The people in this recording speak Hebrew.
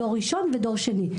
דור ראשון ודור שני.